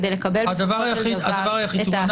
כדי לקבל בסופו של דבר את ההחלטה.